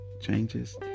changes